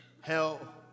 hell